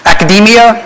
Academia